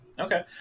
okay